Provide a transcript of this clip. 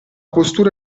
postura